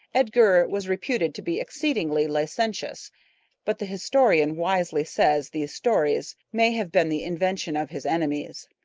edgar was reputed to be exceedingly licentious but the historian wisely says these stories may have been the invention of his enemies.